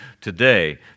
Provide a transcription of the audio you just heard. today